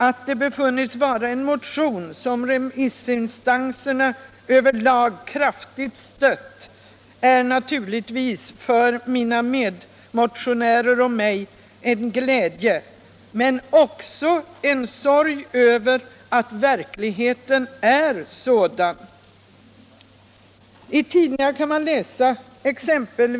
Att motionen befunnits vara sådan att remissinstanserna över lag kraftigt stött den är naturligtvis för mina medmotionärer och mig en glädje, men det är också en sorg över att verkligheten är sådan.